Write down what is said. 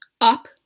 up